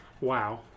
wow